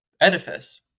edifice